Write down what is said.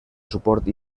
suport